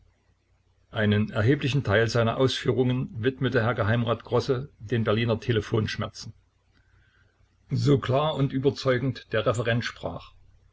einen erheblichen teil seiner ausführungen widmete herr geheimrat grosse den berliner telephonschmerzen so klar und überzeugend der referent sprach